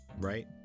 right